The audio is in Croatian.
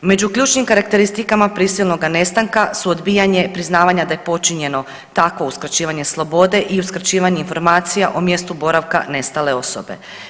Među ključnim karakteristikama prisilnoga nestanka su odbijanje priznavanja da je počinjeno takvo uskraćivanje slobode i uskraćivanje informacija o mjestu boravka nestale osobe.